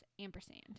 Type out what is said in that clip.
ampersand